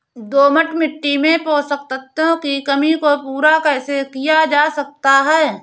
दोमट मिट्टी में पोषक तत्वों की कमी को पूरा कैसे किया जा सकता है?